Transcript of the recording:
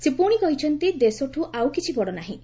ସେ ପୁଣି କହିଛନ୍ତି ଦେଶଠୁ ଆଉ କିଛି ବଡ଼ ନାହିଁ